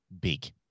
big